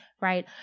right